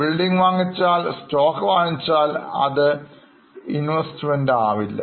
building വാങ്ങിച്ചാൽ stock വാങ്ങിച്ചാൽ അത് ഇൻവെസ്റ്റ്മെൻറ് ആവില്ല